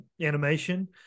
animation